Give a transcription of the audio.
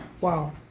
Wow